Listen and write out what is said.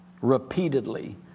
repeatedly